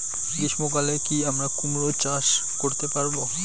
গ্রীষ্ম কালে কি আমরা কুমরো চাষ করতে পারবো?